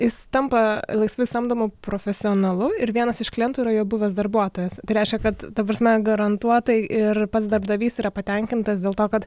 jis tampa laisvai samdomu profesionalu ir vienas iš klientų yra jo buvęs darbuotojas tai reiškia kad ta prasme garantuotai ir pats darbdavys yra patenkintas dėl to kad